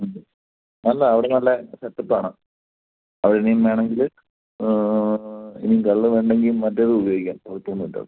നല്ല അവിടെ നല്ല സെറ്റപ്പാണ് അവരിനിയും വേണമെങ്കിൽ ഇനി കള്ള് വേണ്ടെങ്കിൽ മറ്റേതുപയോഗിക്കാം ചോദിക്കുന്നുണ്ടോ